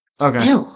okay